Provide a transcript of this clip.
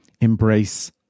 embrace